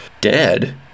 dead